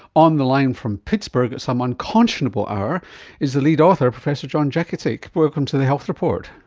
on the line from pittsburgh at some unconscionable hour is the lead author, professor john jakicic. welcome to the health report.